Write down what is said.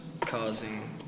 causing